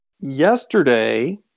yesterday